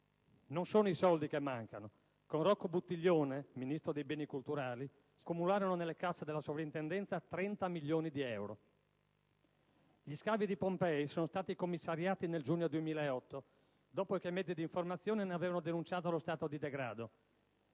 Non sono i soldi che mancano. Con Rocco Buttiglione ministro dei beni culturali, si accumularono nelle casse della soprintendenza 30 milioni di euro. Gli scavi di Pompei sono stati commissariati nel giugno 2008, dopo che i mezzi d'informazione ne avevano denunciato lo stato di degrado: